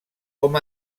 com